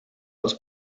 als